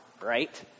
right